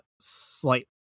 slight